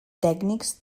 tècnics